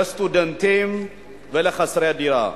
לסטודנטים ולחסרי דירה".